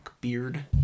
beard